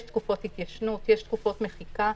יש תקופות התיישנות, יש תקופות מחיקה.